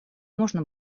можно